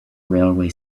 railway